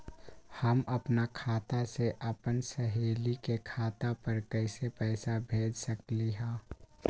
हम अपना खाता से अपन सहेली के खाता पर कइसे पैसा भेज सकली ह?